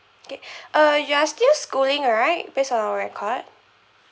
okay uh you're still schooling right based on our record